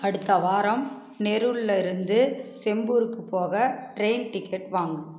அடுத்த வாரம் நெருல்லிருந்து செம்பூருக்கு போக ட்ரெயின் டிக்கெட் வாங்கு